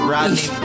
Rodney